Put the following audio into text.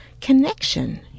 connection